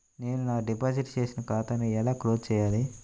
నేను నా డిపాజిట్ చేసిన ఖాతాను ఎలా క్లోజ్ చేయాలి?